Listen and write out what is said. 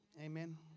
amen